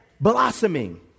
blossoming